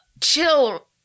chill